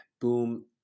boom